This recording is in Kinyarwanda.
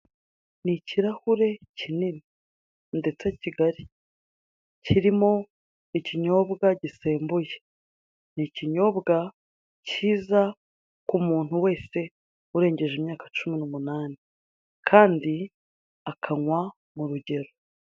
Ni ikirahure kinini ndetse kigari. Kirimo ikinyobwa gisembuye. Ni ikinyobwa kiza ku muntu wese urengeje imyaka cumi n'umunani kandi akanywa mu rugero.